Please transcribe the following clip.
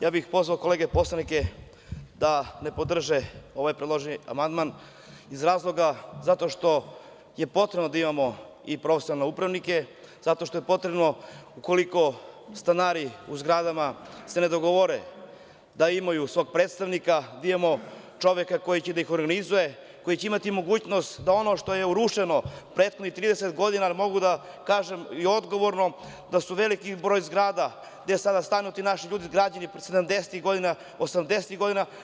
Ja bih pozvao kolege poslanike da ne podrže ovaj predloženi amandman iz razloga zato što je potrebno da imamo i profesionalne upravnike, zato što je potrebno, ukoliko stanari u zgradama se ne dogovore da imaju svog predstavnika, da imamo čoveka koji će da ih organizuje, koji će imati mogućnost da ono što je urušeno prethodnih 30 godina, jer mogu da kažem i odgovorno da je veliki broj zgrada gde sada stanuju ti naši ljudi izgrađeno pre 70-ih, 80-ih godina.